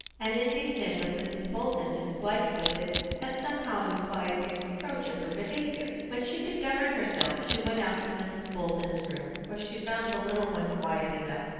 and indignant with mrs. bolton, whose flight with it had somehow implied a reproach of her behaviour. when she could govern herself, she went out to mrs. bolton's room, where she found the little one quiet enough,